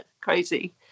Crazy